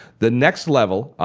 the next level,